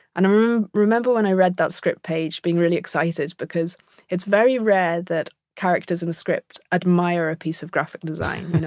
and um remember when i read that script page being really excited because it's very rare that characters in the script admire a piece of graphic design,